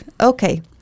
Okay